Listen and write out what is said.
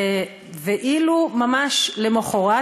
וממש למחרת,